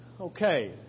Okay